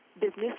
business